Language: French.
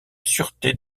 sûreté